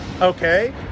Okay